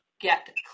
get